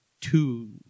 two